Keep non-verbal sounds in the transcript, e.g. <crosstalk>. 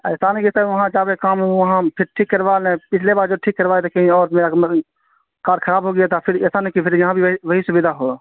ایسا نہیں کہ سر وہاں جا کے کام وہاں پھر ٹھیک کروا لیں پچھلے بار جو ٹھیک کروائے تھے کہیں اور جو <unintelligible> کار خراب ہو گیا تھا پھر ایسا نہ کہ پھر یہاں بھی وہی وہی سویدھا ہو